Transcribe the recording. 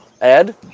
Ed